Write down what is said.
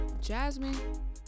Jasmine